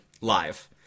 live